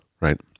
right